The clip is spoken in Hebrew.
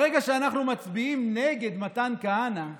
ברגע שאנחנו מצביעים נגד מתן כהנא,